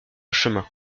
chemin